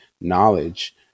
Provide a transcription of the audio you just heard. knowledge